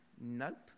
Nope